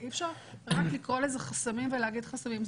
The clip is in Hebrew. אי אפשר רק לקרוא לזה חסמים ולהגיד חסמים,